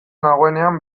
nagoenean